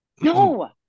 No